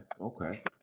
okay